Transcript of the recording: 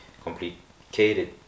complicated